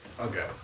Okay